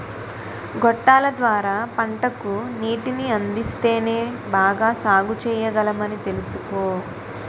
గొట్టాల ద్వార పంటకు నీటిని అందిస్తేనే బాగా సాగుచెయ్యగలమని తెలుసుకో